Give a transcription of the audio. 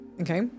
okay